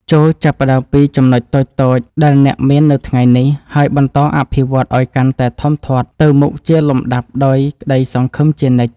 ចូរចាប់ផ្តើមពីចំណុចតូចៗដែលអ្នកមាននៅថ្ងៃនេះ ហើយបន្តអភិវឌ្ឍវាឱ្យកាន់តែធំធាត់ទៅមុខជាលំដាប់ដោយក្តីសង្ឃឹមជានិច្ច។